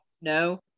No